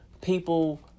people